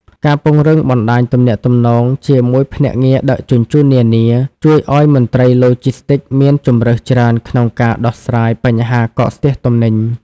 ការពង្រឹងបណ្តាញទំនាក់ទំនងជាមួយភ្នាក់ងារដឹកជញ្ជូននានា ជួយឱ្យមន្ត្រីឡូជីស្ទីកមានជម្រើសច្រើនក្នុងការដោះស្រាយបញ្ហាកកស្ទះទំនិញ។